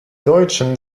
deutschen